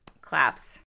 Claps